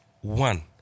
one